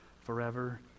forever